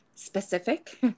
Specific